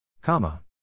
Comma